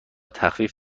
تخفیف